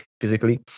physically